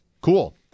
Cool